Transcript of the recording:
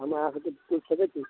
हमे अहाँ से किछु पुछि सकैत छी